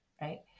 right